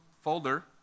folder